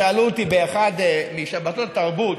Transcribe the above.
שאלו אותי באחת משבתות תרבות: